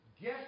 guess